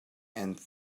and